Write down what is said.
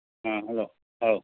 ꯑꯥ ꯍꯜꯂꯣ ꯑꯧ